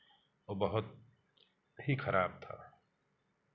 वह बहुत ही खराब था